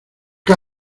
qué